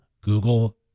Google